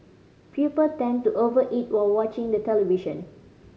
people tend to over eat while watching the television